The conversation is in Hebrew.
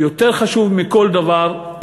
יותר חשוב מכל דבר,